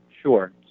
Sure